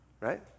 Right